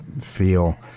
feel